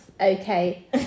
Okay